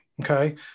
Okay